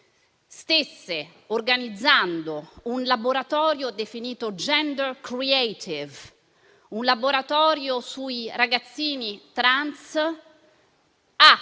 stesse organizzando un laboratorio definito *gender creative*, un laboratorio sui ragazzini trans,